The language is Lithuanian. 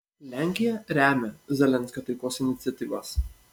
lenkija remia zelenskio taikos iniciatyvas